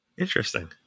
interesting